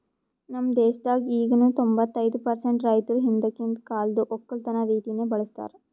ನಮ್ ದೇಶದಾಗ್ ಈಗನು ತೊಂಬತ್ತೈದು ಪರ್ಸೆಂಟ್ ರೈತುರ್ ಹಿಂದಕಿಂದ್ ಕಾಲ್ದು ಒಕ್ಕಲತನ ರೀತಿನೆ ಬಳ್ಸತಾರ್